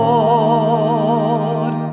Lord